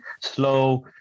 slow